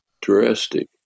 drastic